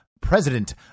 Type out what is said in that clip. President